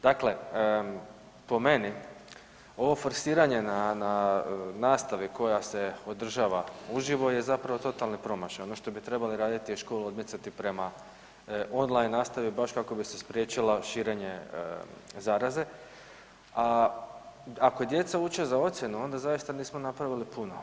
Dakle, po meni ovo forsiranje na nastavi koja se održava uživo je zapravo totalni promašaj, ono što bi trebali raditi je školu odmicati prema online nastavi baš kako bi se spriječila širenje zaraze, a ako djeca uče za ocjenu, onda zaista nismo napravili puno.